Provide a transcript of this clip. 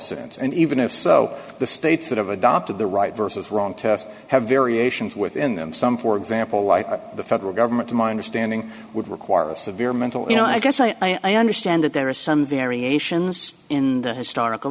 sense and even if so the states that have adopted the right versus wrong test have variations within them some for example like the federal government minder standing would require the severe mental you know i guess i understand that there are some variations in the historical